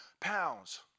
pounds